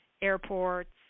airports